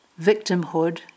victimhood